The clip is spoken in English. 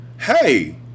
Hey